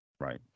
Right